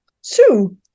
Sue